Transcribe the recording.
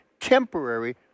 temporary